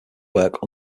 work